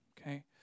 okay